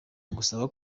gusaba